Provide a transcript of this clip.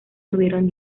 tuvieron